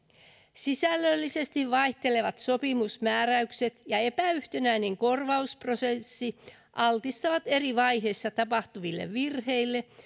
sisällöllisesti vaihtelevat sopimusmääräykset ja epäyhtenäinen korvausprosessi altistavat eri vaiheissa tapahtuville virheille